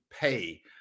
pay